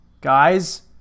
Guys